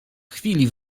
chwili